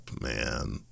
man